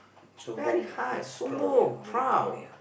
so bomb lah ya proud ya very proud of ya